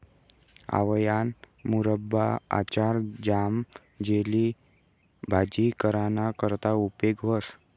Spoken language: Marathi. आवयाना मुरब्बा, आचार, ज्याम, जेली, भाजी कराना करता उपेग व्हस